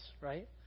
right